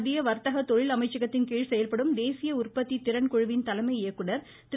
மத்திய வர்த்தக தொழில் அமைச்சகத்தின்கீழ் செயல்படும் தேசிய உற்பத்தி திறன் குழுவின் தலைமை இயக்குநர் திரு